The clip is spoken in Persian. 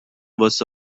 واسه